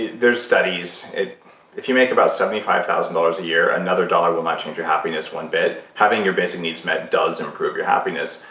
there's studies. if you make about seventy five thousand dollars a year, another dollar will not change your happiness one bit. having your basic needs met does improve your happiness,